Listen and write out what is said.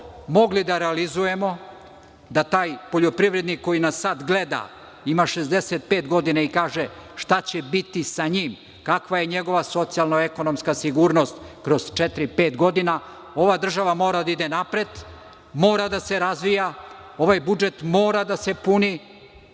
mogli da realizujemo, da taj poljoprivrednik koji nas sad gleda, ima 65 godina i kaže - šta će biti sa njim, kakva je njegova socijalno-ekonomska sigurnost kroz četiri-pet godina, ova država mora da ide napred, mora da se razvija, ovaj budžet mora da se puni,